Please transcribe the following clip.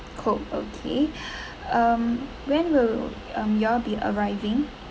coke okay um when will um you all be arriving